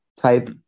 type